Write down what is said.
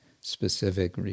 specific